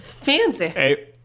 Fancy